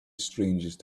strangest